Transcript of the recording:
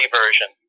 version